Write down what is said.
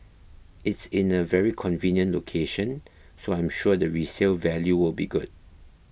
it's in a very convenient location so I'm sure the resale value will be good